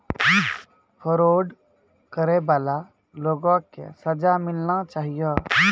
fraud करै बाला लोगो के सजा मिलना चाहियो